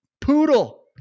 poodle